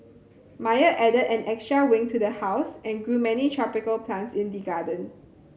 Meyer added an extra wing to the house and grew many tropical plants in the garden